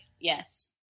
Yes